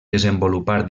desenvolupar